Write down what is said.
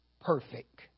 perfect